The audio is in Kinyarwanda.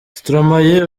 stromae